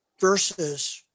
versus